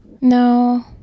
no